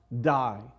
die